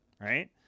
Right